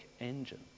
engine